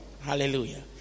Hallelujah